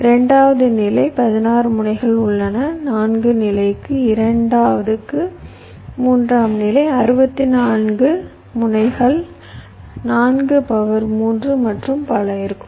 இரண்டாவது நிலை 16 முனைகள் உள்ளன 4 நிலை 2 க்கு மூன்றாம் நிலை 64 முனைகள் 4 பவர் 3 மற்றும் பல இருக்கும்